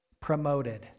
promoted